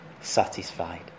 satisfied